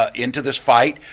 ah into this fight.